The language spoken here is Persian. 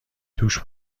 دوش